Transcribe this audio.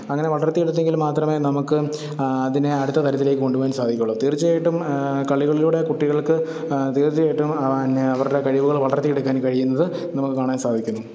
അങ്ങനെ വളർത്തിയെടുത്തെങ്കിൽ മാത്രമേ നമുക്ക് അതിനെ അടുത്ത തലത്തിലേക്ക് കൊണ്ടുപോകാൻ സാധിക്കുകയുളളൂ തീർച്ചയായിട്ടും കളികളിലൂടെ കുട്ടികൾക്ക് തീർച്ചയായിട്ടും പിന്നെ അവരുടെ കഴിവുകൾ വളർത്തിയെടുക്കാൻ കഴിയുന്നത് നമുക്ക് കാണാൻ സാധിക്കുന്നു